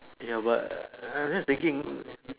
ya but I I'm just thinking